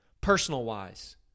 personal-wise